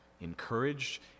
encouraged